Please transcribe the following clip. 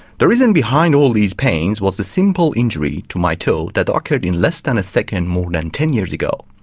the reason behind all these pains was the simple injury to my toe that occurred in less than a second more than ten years ago,